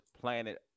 planet